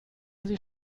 sie